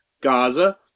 Gaza